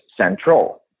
central